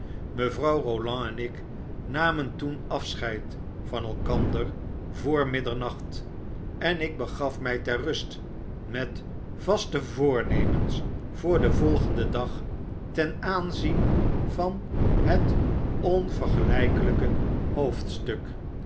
mevrouw roland en ik namen toen afscheid van elkander voor middernacht en ik begaf mij ter rust met vaste voornemens voor den volgenden dag ten aanzien van het onvergelpeljjke hoofdstuk